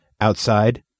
Outside